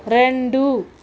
రెండు